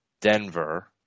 Denver